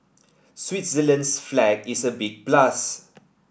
Switzerland's flag is a big plus